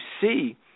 see